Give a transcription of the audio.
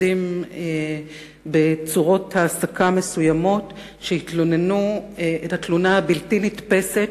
מעובדים בצורות העסקה מסוימות ששטחו את התלונה הבלתי-נתפסת,